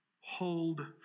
hold